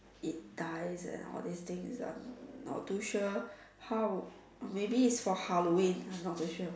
it dies and all this things I'm not too sure how maybe it's for Halloween I'm not too sure